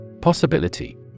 Possibility